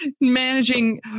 managing